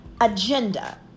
agenda